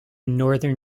northern